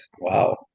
Wow